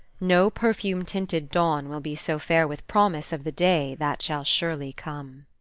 no perfume-tinted dawn will be so fair with promise of the day that shall surely come.